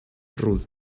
rude